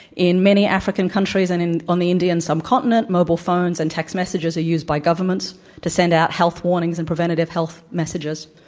in many african countries and on the indian subcontinent, mobile phones and text messages are used by governments to send out health warnings and prev entative health messages.